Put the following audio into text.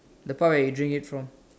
the part where he drink it from